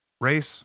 Race